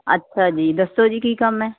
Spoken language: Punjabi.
ਅੱਛਾ ਜੀ ਦੱਸੋ ਜੀ ਕੀ ਕੰਮ ਹੈ